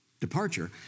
departure